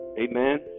Amen